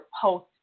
post